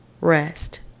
rest